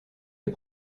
est